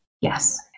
Yes